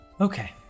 Okay